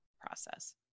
process